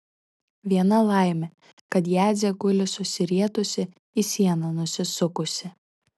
viena laimė kad jadzė guli susirietusi į sieną nusisukusi